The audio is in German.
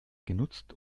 genutzt